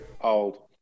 old